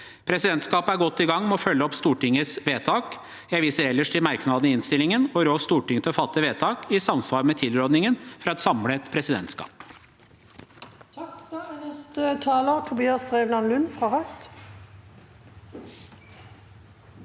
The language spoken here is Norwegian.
Presidentskapet er godt i gang med å følge opp Stortingets vedtak. Jeg viser ellers til merknadene i innstillingen og rår Stortinget til å fatte vedtak i samsvar med tilrådingen fra et samlet presidentskap.